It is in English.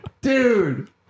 dude